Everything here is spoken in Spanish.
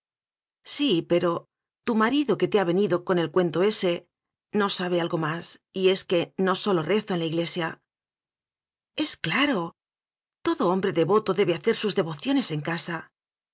sí pero tu marido que te ha venido con el cuento ese no sabe algo más y es que no sólo rezo en la iglesia es claro todo hombre devoto debe ha cer sus devociones en casa